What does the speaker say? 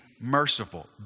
merciful